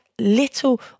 little